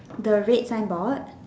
the red signboard